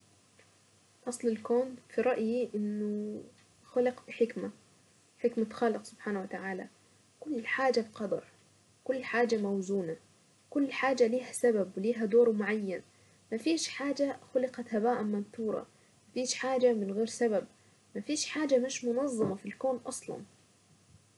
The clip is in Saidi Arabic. اصل الكون في رأيي انه خلق بحكمة. حكمة خالق سبحانه وتعالى كل حاجة في قدر. كل حاجة موزونة. كل حاجة لها سبب ولها دور معين. ما فيش حاجة خلقت هباء منثورا. مفيش حاجة من غير سبب. ما فيش حاجة مش منظمة في الكون.